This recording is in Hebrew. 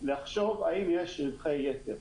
לחשוב האם יש רווחי יתר.